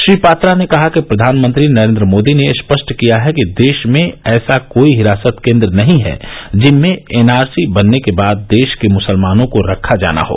श्री पात्रा ने कहा कि प्रधानमंत्री नरेन्द्र मोदी ने स्पष्ट किया है कि देश में ऐसा कोई हिरासत केन्द्र नहीं है जिनमें एनआरसी बनने के बाद देश के मुसलमानों को रखा जाना हो